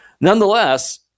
Nonetheless